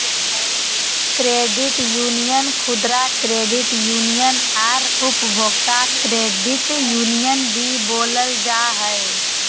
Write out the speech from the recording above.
credit union खुदरा credit union आर उपभोक्ता क्रेडिट यूनियन भी बोलल जा हइ